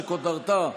שכותרתה: